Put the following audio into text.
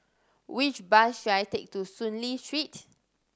which bus should I take to Soon Lee Street